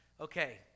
okay